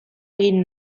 egin